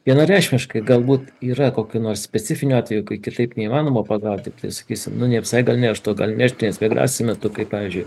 vienareikšmiškai galbūt yra kokių nors specifinių atvejų kai kitaip neįmanoma pagauti tai sakysim migracijų metu